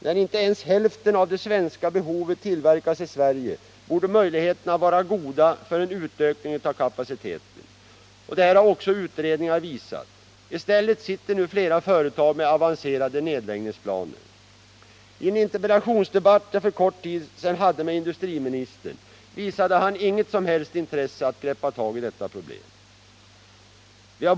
När inte ens hälften av det svenska behovet tillverkas i Sverige borde möjligheterna vara goda för en utökning av kapaciteten. Detta har också utredningar visat. I stället sitter nu flera företag med avancerade nedläggningsplaner. I en interpellationsdebatt jag för kort tid sedan hade med industriministern visade han inget som helst intresse att greppa tag i detta problem.